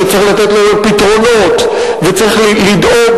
שצריך לתת לו פתרונות וצריך לדאוג